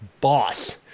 Boss